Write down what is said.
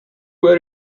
where